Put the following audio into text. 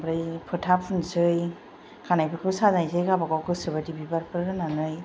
ओमफ्राय फोथा फुननोसै खानायफोरखौ साजायनोसै गावबा गाव गोसो बायदि बिबारफोर होनानै